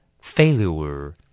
Failure